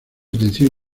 atención